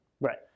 Right